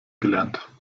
gelernt